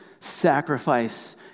Sacrifice